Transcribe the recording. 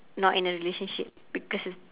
not in a relationship because it's